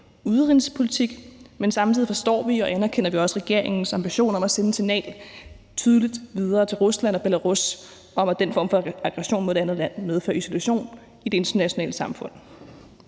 men samtidig forstår og anerkender vi også regeringens ambition om at sende et signal tydeligt videre til Rusland og Belarus om, at den form for aggression mod et andet land medfører isolation i det internationale samfund.